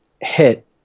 hit